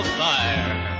fire